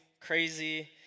crazy